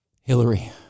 Hillary